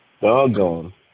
Doggone